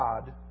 God